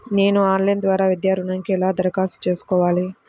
నేను ఆన్లైన్ ద్వారా విద్యా ఋణంకి ఎలా దరఖాస్తు చేసుకోవాలి?